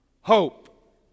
hope